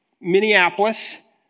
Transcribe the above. Minneapolis